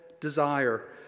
desire